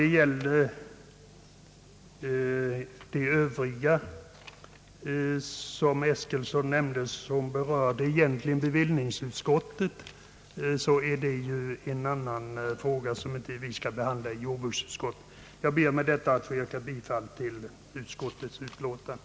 De frågor som herr Eskilsson i övrigt nämnde hör egentligen hemma hos bevillningsutskottet och skall alltså inte behandlas av jordbruksutskottet. Jag ber med det anförda att få yrka bifall till jordbruksutskottets hemställan.